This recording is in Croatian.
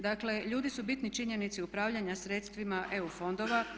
Dakle ljudi su bitni čimbenici upravljanja sredstvima EU fondova.